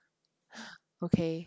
okay